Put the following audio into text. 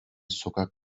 sokak